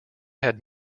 had